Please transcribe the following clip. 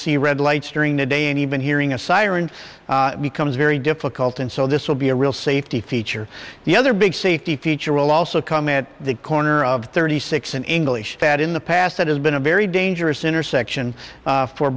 see red lights during the day and even hearing a siren becomes very difficult and so this will be a real safety feature the other big safety feature will also come at the corner of thirty six an english that in the past has been a very dangerous intersection